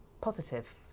positive